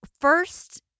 First